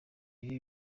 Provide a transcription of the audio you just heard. ivi